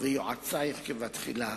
ויועצייך כבתחילה,